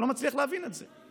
אני לא מצליח להבין את זה.